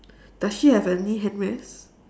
does she have any hand rest